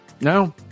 No